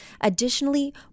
Additionally